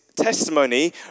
testimony